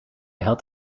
had